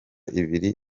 ibiri